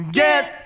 get